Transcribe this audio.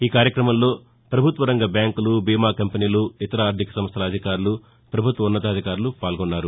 ఈ కార్యక్రమంలో ప్రభుత్వ రంగ బ్యాంకులు బీమా కంపెనీలు ఇతర ఆర్థిక సంస్థల అధికారులు ప్రభుత్వ ఉన్నతాధికారులు పాల్గొన్నారు